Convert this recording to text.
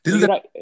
Right